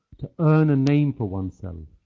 to earn a name for oneself.